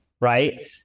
right